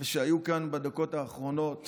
ושהיו כאן בדקות האחרונות